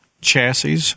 chassis